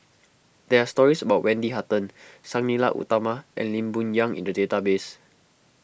there are stories about Wendy Hutton Sang Nila Utama and Lee Boon Yang in the database